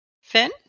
Finn